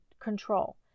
Control